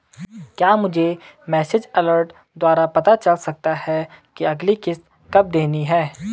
क्या मुझे message alert द्वारा पता चल सकता कि अगली किश्त कब देनी है?